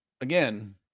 again